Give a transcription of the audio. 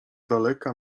daleka